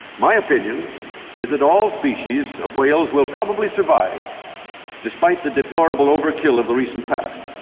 my opinion is that all species of whales will probably survive despite the deplorable over-kill of the recent past,